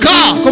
God